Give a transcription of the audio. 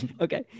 okay